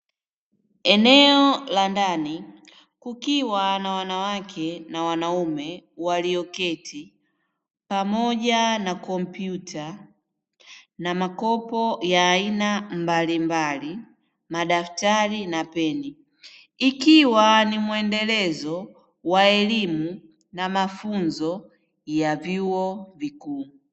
Eneo la ndani kukiwa na wanawake na wanaume walioketi pamoja na kompyuta na makopo ya aina mbalimbali, madaktari na peni ikiwa ni mwendelezo wa elimu na mafunzo ya vyuo vikuu.